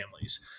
families